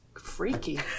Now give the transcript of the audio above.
freaky